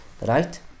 right